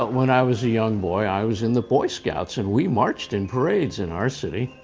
but when i was a young boy i was in the boy scouts, and we marched in parades in our city.